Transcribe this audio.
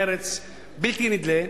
מרץ בלתי נדלה,